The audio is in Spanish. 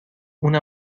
una